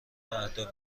اهداف